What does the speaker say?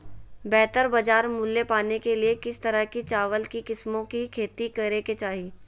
बेहतर बाजार मूल्य पाने के लिए किस तरह की चावल की किस्मों की खेती करे के चाहि?